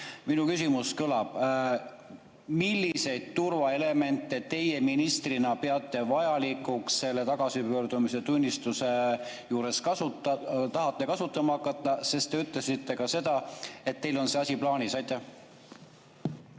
Minu küsimus kõlab nii: milliseid turvaelemente teie ministrina peate vajalikuks ja tahate selle tagasipöördumistunnistuse juures kasutama hakata? Sest te ütlesite ka seda, et teil on see asi plaanis. Aitäh,